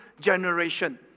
generation